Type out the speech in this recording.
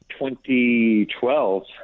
2012